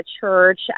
church